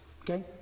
okay